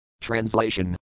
TRANSLATION